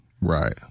Right